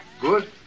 good